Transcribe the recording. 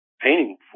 painting